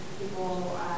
people